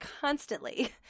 constantly